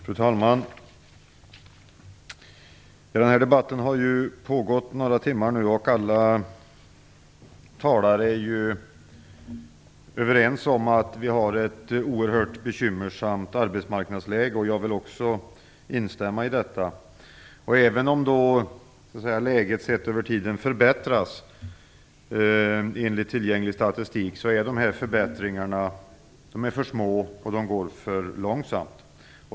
Fru talman! Den här debatten har pågått några timmar nu och alla talare är överens om att vi har ett oerhört bekymmersamt arbetsmarknadsläge. Jag vill också instämma i detta. Även om läget sett över tiden förbättras enligt tillgänglig statistik är de här förbättringarna för små och de går för långsamt.